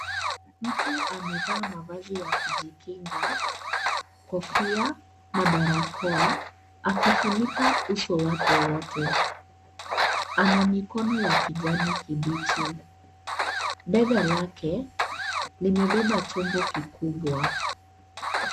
Mtu amevaa mavazi ya kujikinga, kofia na barakoa, akifunika uso wake wote. Ana mikono ya kijani kibichi. Bega lake limebeba chombo kikubwa.